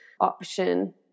option